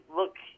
look